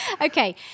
Okay